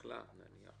נאכלה - נניח